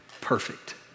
Perfect